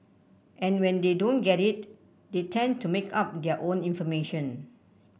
and when they don't get it they tend to make up their own information